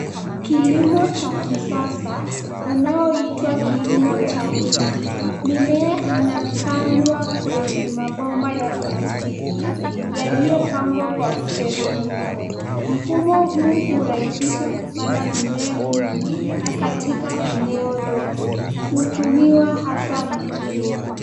Kilimo cha kisasa unaoitwa kilimo cha wima. Mimea inapandwa kwenye mabomba ya plastiki yaliyopangwa kwa mteremko. Mfumo huu hurahisisha kupanda mimea mingi katika eneo dogo, hutumiwa hasa mjini.